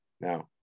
Now